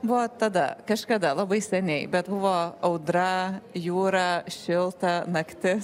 va tada kažkada labai seniai bet buvo audra jūra šilta naktis